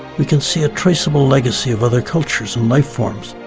we can see a trace of legacy of other cultures and life forms,